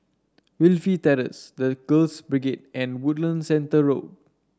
Wilkie Terrace The Girls Brigade and Woodlands Centre Road